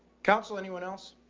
counsel. anyone else?